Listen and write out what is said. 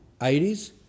80s